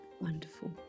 wonderful